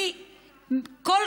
שאלנו שאלה רצינית.